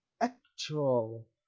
actual